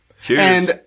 Cheers